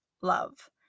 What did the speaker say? love